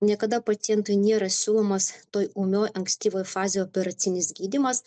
niekada pacientui nėra siūlomas toj ūmioj ankstyvoj fazėj operacinis gydymas